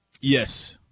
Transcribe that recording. Yes